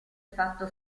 fatto